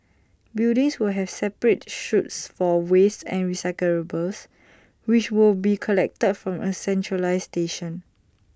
buildings will have separate chutes for waste and recyclables which will be collected from A centralised station